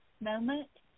moment